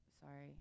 sorry